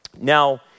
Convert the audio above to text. Now